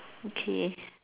okay